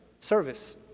service